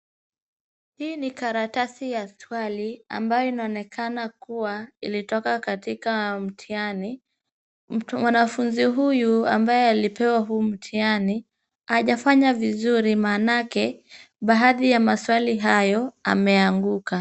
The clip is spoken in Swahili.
Hii ni karatasi ya swali ambayo inaonekana kua ilitoka mtihani , mwanafunzi huyu ambaye alipewa huu mtihani hajafanya vizuri maanake baadhi ya maswali hayo ameanguka.